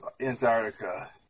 Antarctica